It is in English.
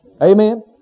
Amen